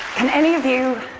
can any of you